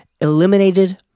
eliminated